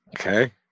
Okay